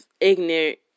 ignorant